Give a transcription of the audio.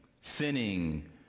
sinning